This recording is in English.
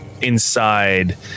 inside